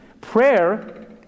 Prayer